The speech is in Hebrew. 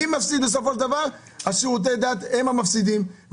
למה בשירותי דת אילת צריכה לתת 60%